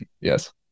Yes